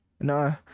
no